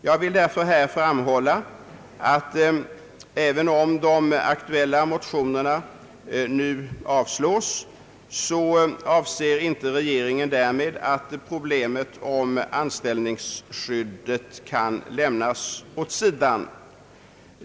Jag vill därför framhålla, att även om de aktuella motionerna nu avslås, avser inte regeringen därmed att lämna problemet om anställningsskydd åt sidan.